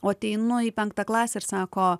o ateinu į penktą klasę ir sako